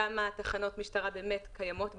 כמה תחנות משטרה באמת קיימות בפועל,